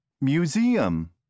Museum